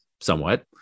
somewhat